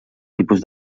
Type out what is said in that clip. tipus